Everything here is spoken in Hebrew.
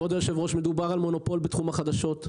כבוד היושב-ראש, מדובר על מונופול בתחום החדשות.